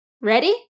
Ready